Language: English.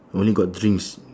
only got drinks